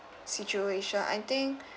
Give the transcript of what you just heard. situation I think